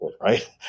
right